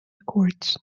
courts